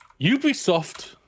ubisoft